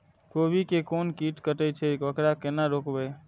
गोभी के कोन कीट कटे छे वकरा केना रोकबे?